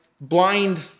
blind